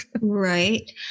Right